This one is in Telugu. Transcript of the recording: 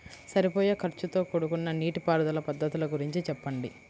సరిపోయే ఖర్చుతో కూడుకున్న నీటిపారుదల పద్ధతుల గురించి చెప్పండి?